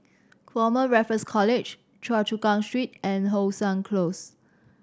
Former Raffles College Choa Chu Kang Street and How Sun Close